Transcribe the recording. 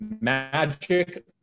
magic